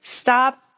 Stop